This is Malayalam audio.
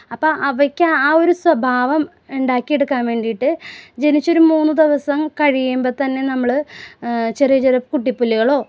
അപ്പം അവയ്ക്ക് ആ ആ ഒര് സ്വഭാവം ഉണ്ടാക്കി എടുക്കാൻ വേണ്ടിയിട്ട് ജനിച്ച ഒരു മൂന്ന് ദിവസം കഴിയുമ്പം തന്നെ നമ്മള് ചെറിയചെറിയ കുട്ടി പുല്ലുകളോ